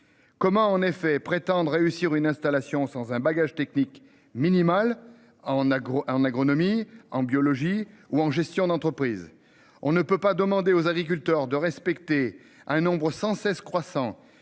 Comment en effet prétendre réussir une installation sans un bagage technique minimal en agro en agronomie en biologie ou en gestion d'entreprise. On ne peut pas demander aux agriculteurs de respecter un nombre sans cesse croissant